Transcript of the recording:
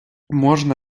можна